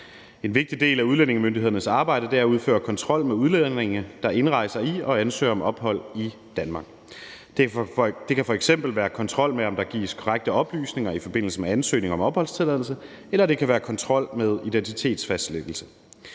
En vigtig del af udlændingemyndighedernes arbejde er at udføre kontrol med udlændinge, der indrejser i og ansøger om ophold i Danmark. Det kan f.eks. være kontrol med, om der gives korrekte oplysninger i forbindelse med ansøgninger om opholdstilladelse, eller det kan være kontrol med identitetsfastlæggelse.